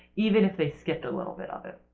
even if they skipped a little bit of it